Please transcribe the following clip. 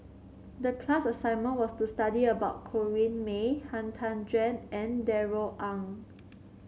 the class assignment was to study about Corrinne May Han Tan Juan and Darrell Ang